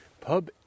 pub